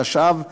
התשע"ו 2016,